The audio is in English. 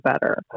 better